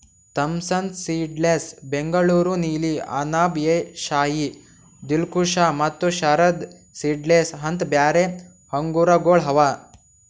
Thompson seedless, Bengaluru ನೀಲಿ, ಅನಾಬ್ ಎ ಶಾಹಿ, ದಿಲ್ಖುಷ ಮತ್ತ Sharad seedless ಅಂತ್ ಬ್ಯಾರೆ ಆಂಗೂರಗೊಳ್ ಅವಾ